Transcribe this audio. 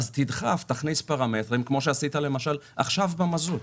תדחוף, תכניס פרמטרים, כמו שעשית עכשיו במזוט,